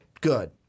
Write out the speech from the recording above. good